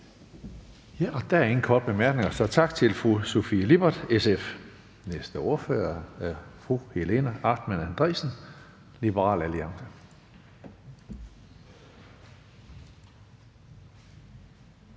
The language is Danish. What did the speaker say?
Hønge): Der er ingen korte bemærkninger, så tak til fru Sofie Lippert, SF. Den næste ordfører er fru Helena Artmann Andresen, Liberal Alliance.